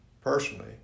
personally